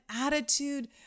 attitude